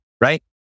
right